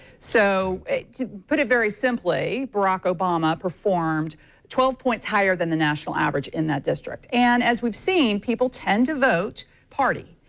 so to put it very simply, barack obama performed twelve points higher than the national average in that district. and as we've seen people tend to vote party.